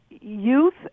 youth